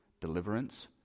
deliverance